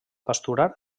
pasturar